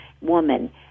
woman